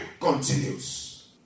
continues